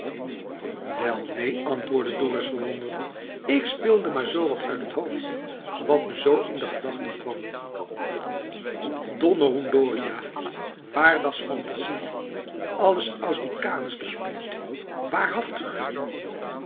wel neen antwoordde dorus verwonderd ik speelde maar zoo wat uit het hoofd wat me zoo in de gedachten kwam donneroenddoria waar das fantasie alles aus de